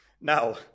Now